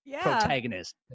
protagonist